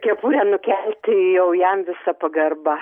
kepurę nukelti jau jam visa pagarba